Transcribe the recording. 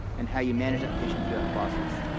and how you manage that patient through that process.